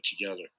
together